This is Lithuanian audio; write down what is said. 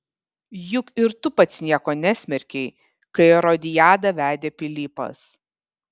juk ir tu pats nieko nesmerkei kai erodiadą vedė pilypas